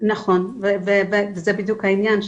נכון וזה בדיוק העניין,